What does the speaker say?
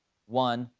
one,